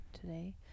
today